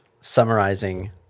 summarizing